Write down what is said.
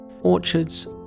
orchards